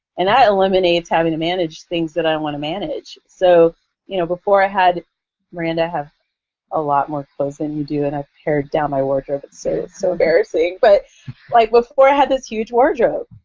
and that eliminates having to manage things that i want to manage. so you know before i had miranda, i have a lot more clothes than you do and i've paired down my wardrobe, it's it's so embarrassing but like before i had this huge wardrobe.